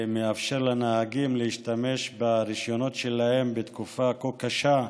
שמאפשר לנהגים להשתמש ברישיונות שלהם בתקופה כה קשה,